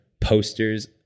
posters